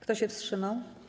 Kto się wstrzymał?